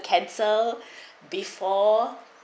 cancel before